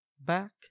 back